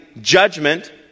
judgment